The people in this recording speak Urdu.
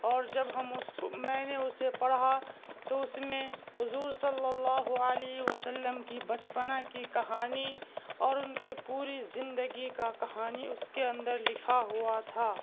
اور جب ہم اس کو میں نے اسے پڑھا تو اس میں حضور صلی اللہ علیہ وسلم کی بچپنا کی کہانی اور ان کی پوری زندگی کا کہانی اس کے اندر لکھا ہوا تھا